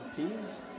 peeves